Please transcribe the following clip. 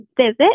visit